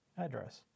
address